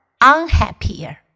unhappier